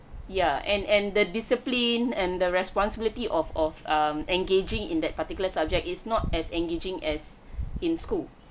yeah and and the discipline and the responsibility of of um engaging in that particular subject is not as engaging as in school